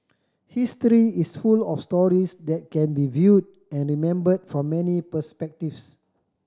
history is full of stories that can be viewed and remembered from many perspectives